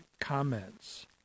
comments